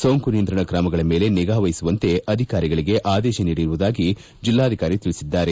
ಸೋಂಕು ನಿಯಂತ್ರಣ ಕ್ರಮಗಳ ಮೇಲೆ ನಿಗಾವಹಿಸುವಂತೆ ಅಧಿಕಾರಿಗಳಿಗೆ ಆದೇಶ ನೀಡಿರುವುದಾಗಿ ಜೆಲ್ಲಾಧಿಕಾರಿ ತಿಳಿಸಿದ್ದಾರೆ